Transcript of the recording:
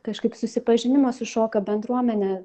kažkaip susipažinimo su šokio bendruomene